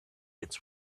its